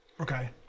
Okay